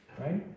Right